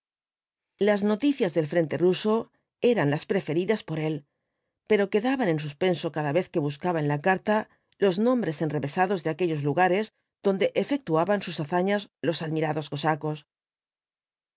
las noticias del frente ruso eran las preferidas por él pero quedaba en suspenso cada vez que bascaba en la carta los nombres enrevesados de aquellos lugares donde efectuaban sus hazañas los admirados cosacos